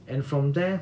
and from there